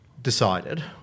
Decided